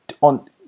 on